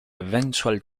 eventual